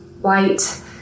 white